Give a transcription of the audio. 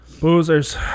Boozers